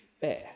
fair